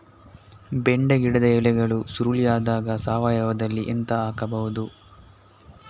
ಬೆಂಡೆ ಗಿಡದ ಎಲೆಗಳು ಸುರುಳಿ ಆದಾಗ ಸಾವಯವದಲ್ಲಿ ಎಂತ ಹಾಕಬಹುದು?